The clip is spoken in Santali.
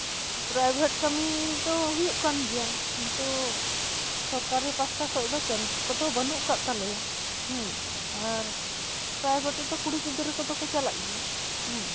ᱯᱨᱟᱭᱵᱷᱮᱴ ᱠᱟᱹᱢᱤ ᱫᱚ ᱦᱩᱭᱩᱜ ᱠᱟᱱ ᱜᱮᱭᱟ ᱠᱤᱱᱛᱩ ᱥᱚᱨᱠᱟᱨᱤ ᱯᱟᱥᱴᱟ ᱠᱷᱚᱱ ᱫᱚ ᱠᱟᱹᱢᱤ ᱠᱚᱫᱚ ᱵᱟᱹᱱᱩᱜ ᱠᱟᱜ ᱛᱟᱞᱮᱭᱟ ᱦᱮᱸ ᱟᱨ ᱯᱨᱟᱭᱵᱷᱮᱴ ᱨᱮᱫᱚ ᱠᱩᱲᱤ ᱜᱤᱫᱽᱨᱟᱹ ᱠᱚᱫᱚ ᱠᱚ ᱪᱟᱞᱟᱜ ᱜᱮᱭᱟ